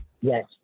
Yes